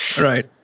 right